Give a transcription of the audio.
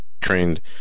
trained